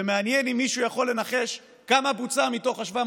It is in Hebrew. ומעניין אם מישהו יכול לנחש כמה בוצע מתוך ה-700